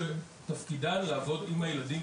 שתפקידן לעבוד עם הילדים,